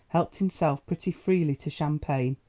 helped himself pretty freely to champagne.